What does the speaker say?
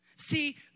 See